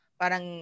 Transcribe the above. parang